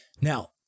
Now